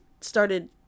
started